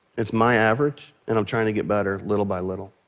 it's my average, and i'm trying to get better little by little.